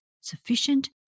sufficient